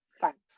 thanks